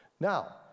Now